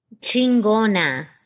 Chingona